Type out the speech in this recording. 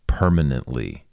permanently